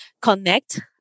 connect